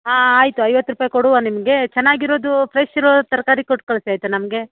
ಹಾಂ ಆಯಿತು ಐವತ್ತು ರೂಪಾಯಿ ಕೊಡುವ ನಿಮಗೆ ಚೆನ್ನಾಗಿರೋದು ಫ್ರೆಶ್ ಇರೋ ತರಕಾರಿ ಕೊಟ್ಟು ಕಳಿಸಿ ಆಯಿತಾ ನಮಗೆ